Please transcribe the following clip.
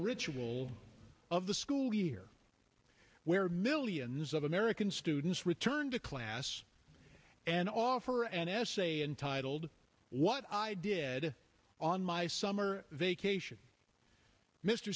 ritual of the school year where millions of american students return to class and all for an essay entitled what i did on my summer vacation mr